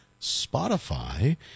Spotify